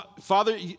Father